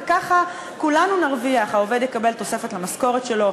וככה כולנו נרוויח: העובד יקבל תוספת למשכורת שלו,